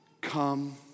Come